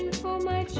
for my